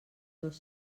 dos